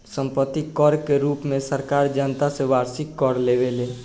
सम्पत्ति कर के रूप में सरकार जनता से वार्षिक कर लेवेले